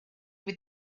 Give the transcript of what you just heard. with